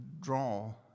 draw